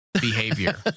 behavior